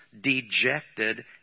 dejected